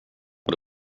och